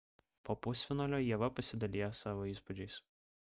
po pusfinalio ieva pasidalijo savo įspūdžiais